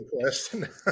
question